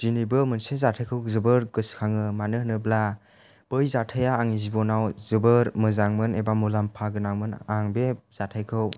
दिनैबो मोनसे जाथाइखौ जोबोर गोसो खाङो मानो होनोब्ला बै जाथाइया आंनि जिबनाव जोबोर मोजांमोन एबा मुलाम्फा गोनांमोन आं बे जाथाइखौ